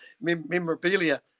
memorabilia